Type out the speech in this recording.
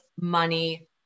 money